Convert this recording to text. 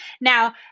Now